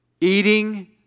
eating